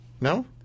No